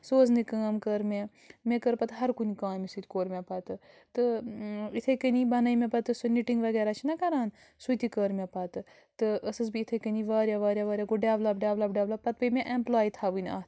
سوزنہِ کٲم کٔر مےٚ مےٚ کٔر پتہٕ ہر کُنہِ کامہِ سۭتۍ کوٚر مےٚ پتہٕ تہٕ یِتھَے کٔنی بَنٲے مےٚ پتہٕ سُہ نِٹِنٛگ وغیرہ چھِ نا کَران سُہ تہِ کٔر مےٚ پتہٕ تہٕ ٲسٕس بہٕ یِتھَے کٔنی واریاہ واریاہ واریاہ گوٚو ڈٮ۪ولَپ ڈٮ۪ولَپ ڈٮ۪ولَپ پتہٕ پے مےٚ اٮ۪مپٕلاے تھاوٕنۍ اَتھ